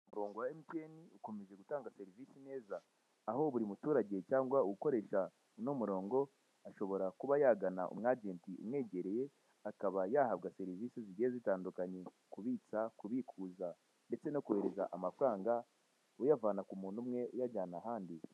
Umurongo wa MTN ukomeje gutanga serivisi neza, aho buri muturage cyangwa ukoresha uno murongo, ashobora kuba yagana umu ajenti umwegereye, akaba yahabwa serivise zigiye zitandukanye; kubitsa, kubikuza, ndetse no kuhereza amfaranga, uyavana ku muntu umwe uyajyana ahandi.